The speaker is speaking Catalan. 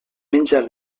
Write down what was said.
menja